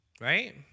Right